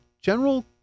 general